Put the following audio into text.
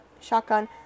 shotgun